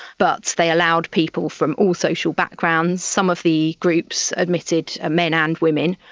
but they allowed people from all social backgrounds, some of the groups admitted ah men and women,